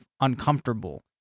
uncomfortable